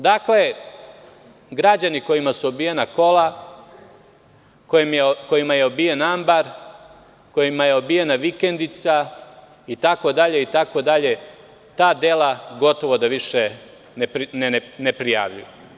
Dakle, građani kojima su obijena kola, kojima je obijen ambar, kojima je obijena vikendica itd, itd. ta dela gotovo da više ne prijavljuju.